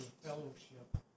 fellowship